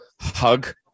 hug